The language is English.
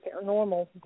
paranormal